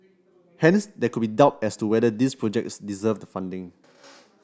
hence there could be doubt as to whether these projects deserved the funding